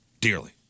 Dearly